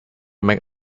make